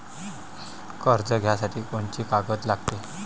कर्ज घ्यासाठी कोनची कागद लागते?